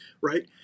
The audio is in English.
right